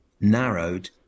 narrowed